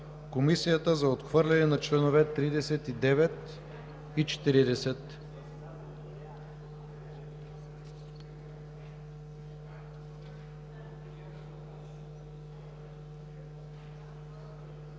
Комисията за отхвърляне на членове 39 и 40.